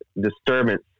disturbance